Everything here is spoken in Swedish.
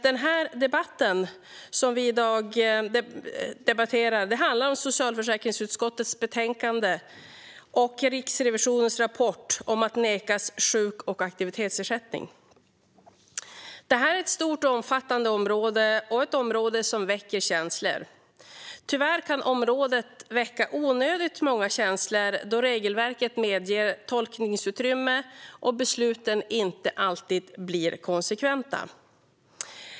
Den debatt vi nu för handlar om socialförsäkringsutskottets betänkande och Riksrevisionens rapport om att nekas sjuk och aktivitetsersättning. Det är ett stort och omfattande område och ett område som väcker känslor. Tyvärr kan området väcka onödigt många känslor, då regelverket medger tolkningsutrymme och besluten inte alltid blir konsekventa.